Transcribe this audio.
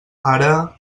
ara